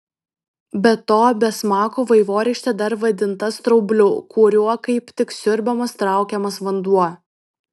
be to be smako vaivorykštė dar vadinta straubliu kuriuo kaip tik siurbiamas traukiamas vanduo